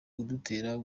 kudutera